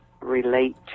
relate